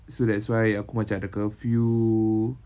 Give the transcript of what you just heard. so that's why aku macam ada the curfew